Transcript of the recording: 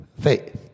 faith